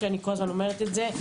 שאני כל הזמן אומרת את זה,